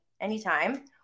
anytime